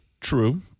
True